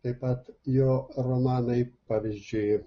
taip pat jo romanai pavyzdžiui